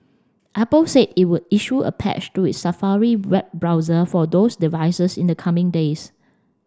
apple said it would issue a patch to its Safari web browser for those devices in the coming days